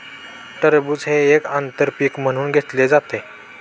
टरबूज हे एक आंतर पीक म्हणून घेतले जाते